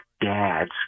dads